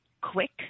quick